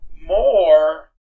more